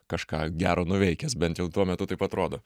kažką gero nuveikęs bent jau tuo metu taip atrodo